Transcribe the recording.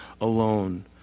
alone